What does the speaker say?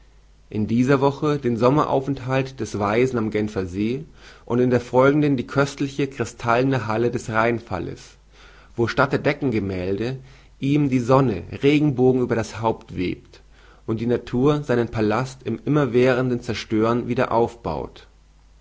in dieser woche den sommeraufenthalt des weisen am genfersee und in der folgenden die köstliche krystallene halle des rheinfalles wo statt der deckengemälde ihm die sonne regenbogen über das haupt webt und die natur seinen pallast im immerwährenden zerstören wieder aufbaut